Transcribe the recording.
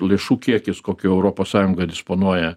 lėšų kiekis kokiu europos sąjunga disponuoja